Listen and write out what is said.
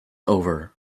over